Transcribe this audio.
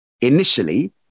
initially